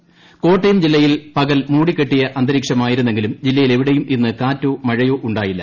കോട്ടയം കാലാവസ്ഥ കോട്ടയം ജില്ലയിൽ പകൽ മൂടിക്കെട്ടിയ അന്തരീക്ഷമായിരുന്നെങ്കിലും ജില്ലയിലെവിടെയും ഇന്ന് കാറ്റോ മഴയോ ഉണ്ടായില്ല